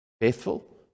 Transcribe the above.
faithful